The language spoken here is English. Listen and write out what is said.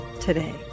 today